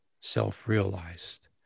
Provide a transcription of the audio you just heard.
self-realized